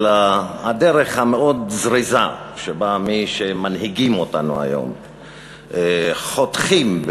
הדרך המאוד-זריזה שבה מי שמנהיגים אותנו היום חותכים,